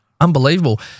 unbelievable